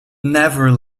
never